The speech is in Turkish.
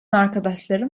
arkadaşlarım